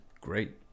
great